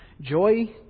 Joy